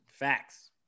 Facts